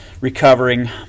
recovering